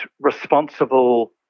responsible